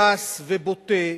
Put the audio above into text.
גס ובוטה,